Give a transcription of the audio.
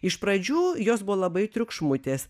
iš pradžių jos buvo labai triukšmutės